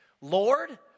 Lord